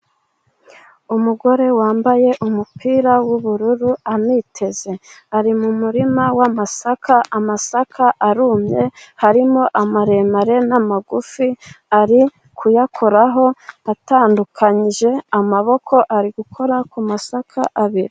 Umugore wambaye umupira w'ubururu aniteze . Ari mu murima w'amasaka. Amasaka arumye harimo amaremare n'amagufi ari kuyakoraho atandukanyije amaboko ,ari gukora ku masaka abiri.